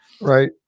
Right